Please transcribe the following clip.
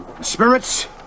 Spirits